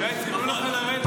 פחות.